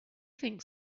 think